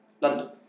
London